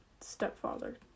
stepfather